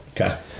Okay